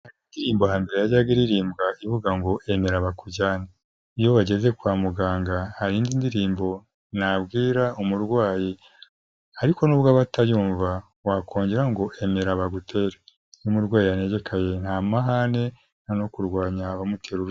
Iyi ndirimbo ahantu yajyaga iririmbwa ivuga ngo emera bakujyana, iyo wageze kwa muganga hari indi ndirimbo nabwira umurwayi ariko n'ubwo aba atayumva wakongeraho ngo emera bagutere iyo umurwayi yanegekaye nta mahane nta no kurwanya abamutere...